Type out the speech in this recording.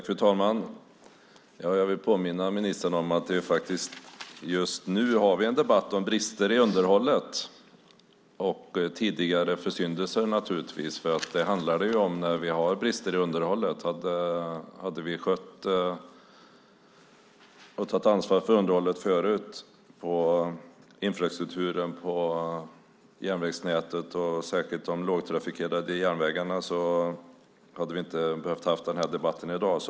Fru talman! Jag vill påminna ministern om att vi just nu har en debatt om brister i underhållet, och tidigare försyndelser naturligtvis - det handlar det ju om när vi har brister i underhållet. Hade vi tagit ansvar för underhållet förut, infrastrukturen på järnvägsnätet och särskilt de lågtrafikerade järnvägarna, hade vi inte behövt ha den här debatten i dag.